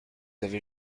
avez